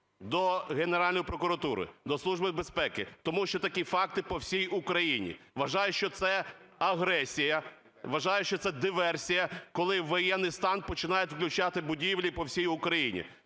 до Генеральної прокуратури, до Служби безпеки, тому що такі факти по всій Україні. Вважаю, що це агресія, вважаю, що це диверсія, коли у воєнний стан починають відключати будівлі по всій Україні.